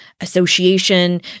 association